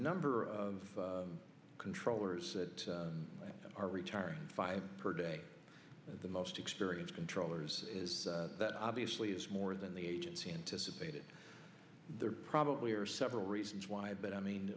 number of controllers are retiring five per day the most experienced controllers is that obviously is more than the agency anticipated there probably are several reasons why but i mean